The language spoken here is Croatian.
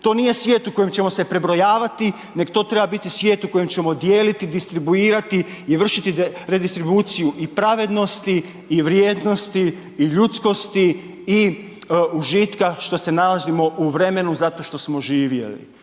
To nije svijet u kojem ćemo se prebrojavati, nego to treba biti svijet u kojem ćemo dijeliti, distribuirati i vršiti redistribuciju i pravednosti i vrijednosti i ljudskosti i užitka, što se nalazimo u vremenu zato što smo živjeli.